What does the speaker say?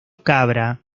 cabra